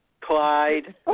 Clyde